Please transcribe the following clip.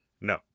No